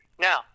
now